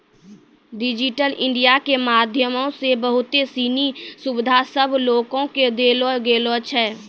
digital India के माध्यमो से बहुते सिनी सुविधा सभ लोको के देलो गेलो छै